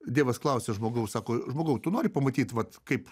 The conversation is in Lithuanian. dievas klausė žmogaus sako žmogau tu nori pamatyt vat kaip